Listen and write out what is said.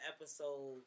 episode